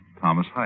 Thomas